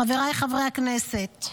חבריי חברי הכנסת,